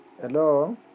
Hello